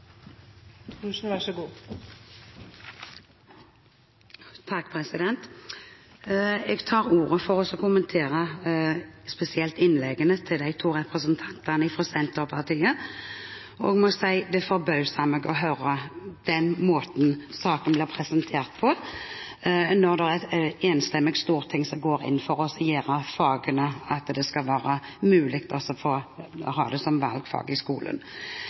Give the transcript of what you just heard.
Jeg tar ordet for å kommentere spesielt innleggene til de to representantene fra Senterpartiet. Jeg må si det forbauser meg å høre den måten saken blir presentert på, når det er et enstemmig storting som går inn for at det skal være mulig å ha dette som valgfag i skolen. Det som Lundteigen tar opp i